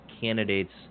candidates